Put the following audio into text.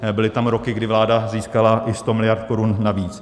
Byly tam roky, kdy vláda získala i 100 miliard korun navíc.